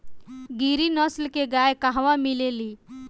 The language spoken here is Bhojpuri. गिरी नस्ल के गाय कहवा मिले लि?